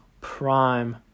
prime